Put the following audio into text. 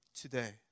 today